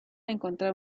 encontrar